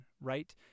right